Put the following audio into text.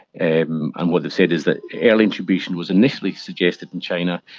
and and what they said is that early intubation was initially suggested in china,